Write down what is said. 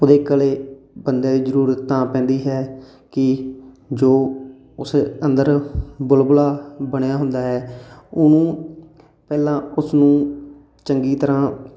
ਉਹਦੇ ਕੋਲ ਬੰਦਿਆਂ ਦੀ ਜ਼ਰੂਰਤ ਤਾਂ ਪੈਂਦੀ ਹੈ ਕਿ ਜੋ ਉਸ ਅੰਦਰ ਬੁਲਬੁਲਾ ਬਣਿਆ ਹੁੰਦਾ ਹੈ ਉਹਨੂੰ ਪਹਿਲਾਂ ਉਸ ਨੂੰ ਚੰਗੀ ਤਰ੍ਹਾਂ